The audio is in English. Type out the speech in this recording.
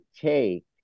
take